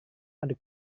adik